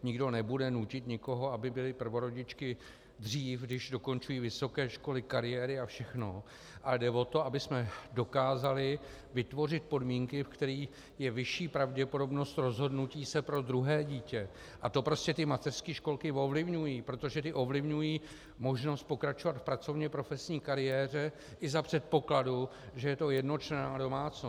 Nikdo nebude nutit nikoho, aby byly prvorodičky dřív, když dokončují vysoké školy, kariéry a všechno, ale jde o to, abychom dokázali vytvořit podmínky, v kterých je vyšší pravděpodobnost rozhodnutí se pro druhé dítě, a to prostě mateřské školky ovlivňují, protože ty ovlivňují možnost pokračovat v pracovněprofesní kariéře i za předpokladu, že je to jednočlenná domácnost.